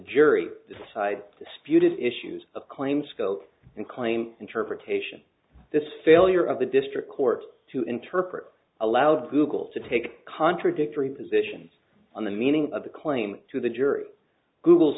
jury side disputed issues a claim scope and claim interpretation this failure of the district court to interpret allowed google to take contradictory positions on the meaning of the claim to the jury google